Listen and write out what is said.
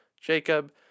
Jacob